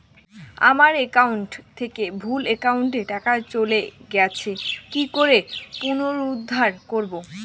আমার একাউন্ট থেকে ভুল একাউন্টে টাকা চলে গেছে কি করে পুনরুদ্ধার করবো?